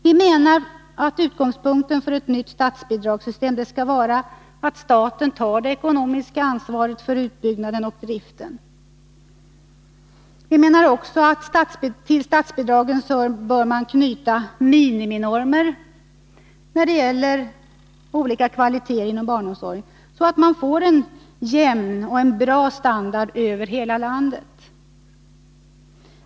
Vpk menar att utgångspunkten för ett nytt statsbidragssystem skall vara att staten tar det ekonomiska ansvaret för utbyggnaden och driften. Till statsbidragen bör miniminormer knytas när det gäller olika kvaliteter på barnomsorgen så att en jämn och god standard kommer till stånd över hela landet.